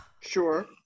Sure